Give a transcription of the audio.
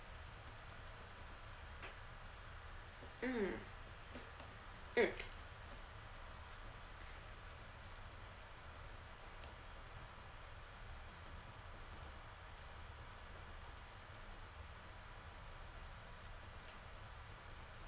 mm mm